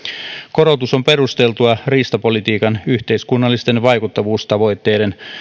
korotus on perusteltua riistapolitiikan yhteiskunnallisten vaikuttavuustavoitteiden